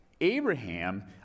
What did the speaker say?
Abraham